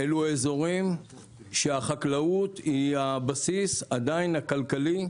אלו אזורים שהחקלאות היא הבסיס, עדיין הכלכלי,